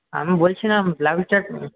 আমি বলছিলাম ব্লাউজটার